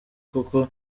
koko